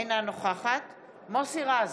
אינה נוכחת מוסי רז,